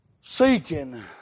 seeking